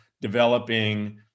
developing